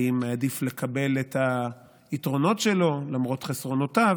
האם עדיף לקבל את היתרונות שלו למרות חסרונותיו?